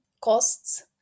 costs